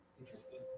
interesting